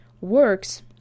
works